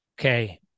okay